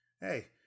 Hey